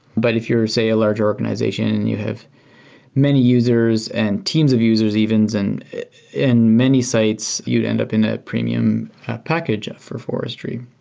but if you're, say, a larger organization, you have many users and teams of users even so and many sites, you'd end up in a premium package for forestry.